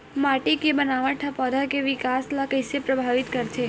माटी के बनावट हा पौधा के विकास ला कइसे प्रभावित करथे?